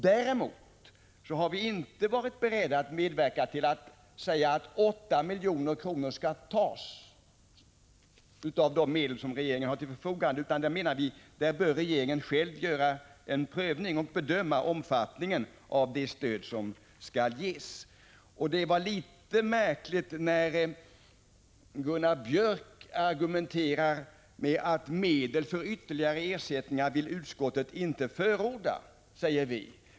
Däremot har vi inte varit beredda att medverka till att bestämma att 8 milj.kr. skall tas av de medel regeringen har till förfogande, utan vi menar att regeringen bör göra en prövning och bedöma omfattningen av det stöd som skall ges. Det är litet märkligt att Gunnar Björk argumenterar och säger att utskottet inte vill förorda medel för ytterligare ersättningar.